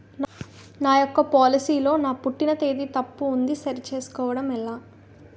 నా యెక్క పోలసీ లో నా పుట్టిన తేదీ తప్పు ఉంది సరి చేసుకోవడం ఎలా?